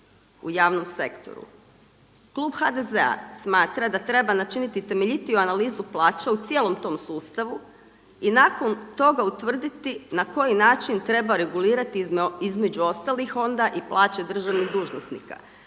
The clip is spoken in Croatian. u javnom sektoru. Klub HDZ-a smatra da treba načiniti temeljitiju analizu plaća u cijelom tom sustavu i nakon toga utvrditi na koji način treba regulirati između ostalih onda i plaće državnih dužnosnika